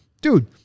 Dude